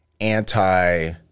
anti